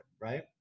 right